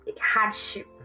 hardship